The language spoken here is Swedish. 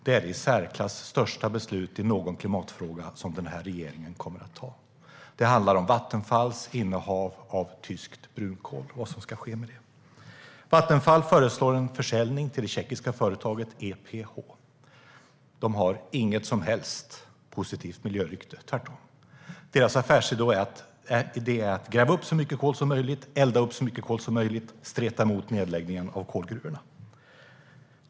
Det är det i särklass största beslut i någon klimatfråga som den här regeringen kommer att ta. Det handlar om Vattenfalls innehav av tyskt brunkol och vad som ska ske med det. Vattenfall föreslår en försäljning till det tjeckiska företaget EPH. EPH har inget positivt miljörykte alls, tvärtom. Deras affärsidé är att gräva upp så mycket kol som möjligt, elda upp så mycket kol som möjligt och streta mot nedläggningen av kolgruvorna.